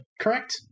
correct